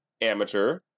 Amateur